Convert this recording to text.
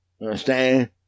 understand